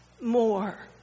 more